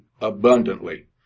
abundantly